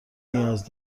نیاز